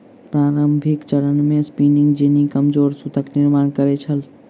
प्रारंभिक चरण मे स्पिनिंग जेनी कमजोर सूतक निर्माण करै छल